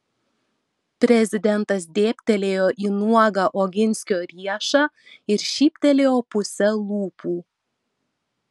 prezidentas dėbtelėjo į nuogą oginskio riešą ir šyptelėjo puse lūpų